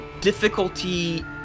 difficulty